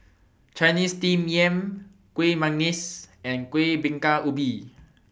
Chinese Steamed Yam Kuih Manggis and Kueh Bingka Ubi